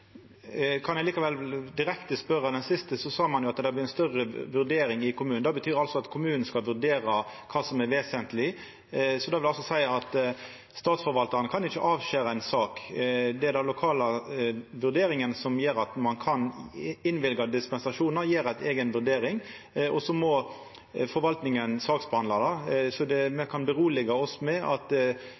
likevel spørja direkte om det siste, for då sa ein jo at det blir ei større vurdering i kommunen. Det betyr altså at kommunen skal vurdera kva som er «vesentlig», og då vil det seia at Statsforvaltaren ikkje kan avskjera ei sak. Det er den lokale vurderinga som gjer at ein kan innvilga dispensasjon og gjera ei eiga vurdering, og så må forvaltninga saksbehandla det. Dermed kan me roa oss med at